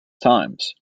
times